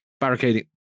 barricading